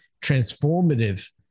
transformative